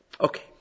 Okay